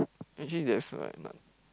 actually there's like none